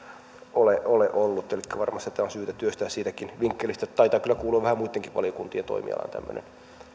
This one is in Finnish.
ole ole ollut elikkä varmasti tätä on syytä työstää siitäkin vinkkelistä taitaa kyllä kuulua vähän muittenkin valiokuntien toimialaan tämmöinen